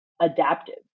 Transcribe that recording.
adaptive